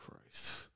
Christ